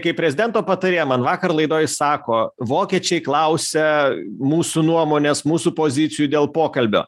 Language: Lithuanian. kaip prezidento patarėja man vakar laidoj sako vokiečiai klausia mūsų nuomonės mūsų pozicijų dėl pokalbio